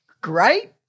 great